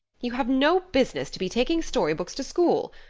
you have no business to be taking storybooks to school.